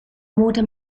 mode